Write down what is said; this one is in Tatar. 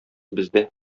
бездә